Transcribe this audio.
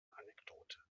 anekdote